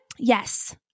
Yes